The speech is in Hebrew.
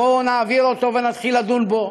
בואו נעביר אותו ונתחיל לדון בו.